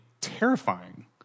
terrifying